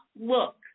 look